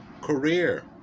career